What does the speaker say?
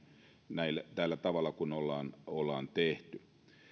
tällä tavalla kuin ollaan ollaan tehty